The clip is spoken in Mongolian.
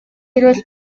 эрүүл